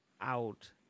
out